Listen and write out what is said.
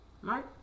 right